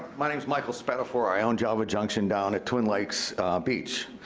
my name's michael spetafor. i own java junction, down at twin lakes beach.